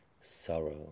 Sorrow